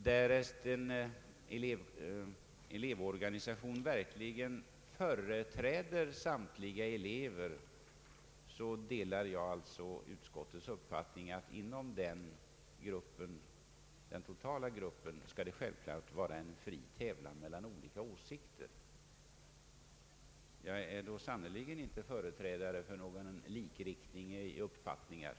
Därest en elevorganisation verkligen företräder samtliga elever delar jag alltså utskottets uppfattning att det inom den totala gruppen självfallet skall vara en fri tävlan mellan olika åsikter. Jag är då sannerligen inte företrädare för någon likriktning i uppfattningar.